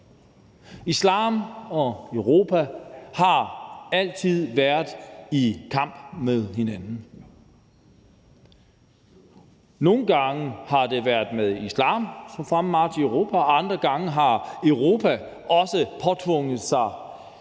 Islam og Europa har altid været i kamp med hinanden. Nogle gange har det været med islam på fremmarch i Europa, og andre gange har Europa også tvunget sig